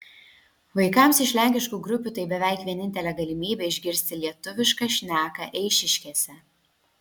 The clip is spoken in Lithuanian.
vaikams iš lenkiškų grupių tai beveik vienintelė galimybė išgirsti lietuvišką šneką eišiškėse